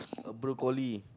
a broccoli